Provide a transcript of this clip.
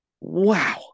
Wow